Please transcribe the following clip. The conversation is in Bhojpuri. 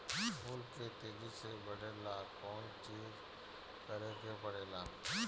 फूल के तेजी से बढ़े ला कौन चिज करे के परेला?